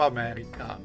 America